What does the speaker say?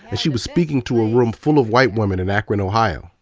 and she was speaking to a room full of white women in akron, ohio.